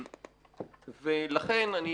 ולכן, אני